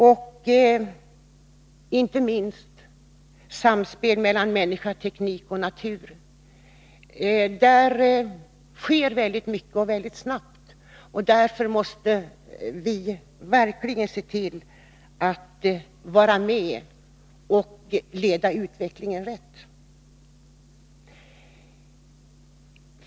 Inte minst viktigt är samspelet mellan människa, teknik och natur. På dessa områden sker väldigt mycket, och det sker snabbt. Därför måste vi verkligen se till att vi är med och leder utvecklingen rätt.